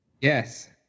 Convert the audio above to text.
Yes